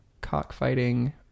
cockfighting